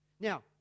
Now